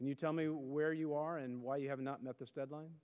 can you tell me where you are and why you have not met this deadline